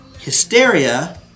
Hysteria